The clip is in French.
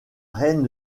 reine